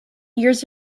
years